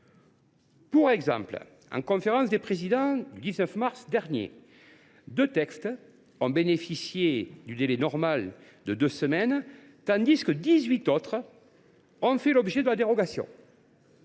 lors de la conférence des présidents du 19 mars dernier, deux textes ont bénéficié du délai normal de deux semaines, tandis que dix huit autres ont fait l’objet de la dérogation